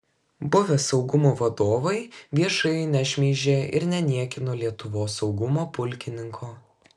buvę saugumo vadovai viešai nešmeižė ir neniekino lietuvos saugumo pulkininko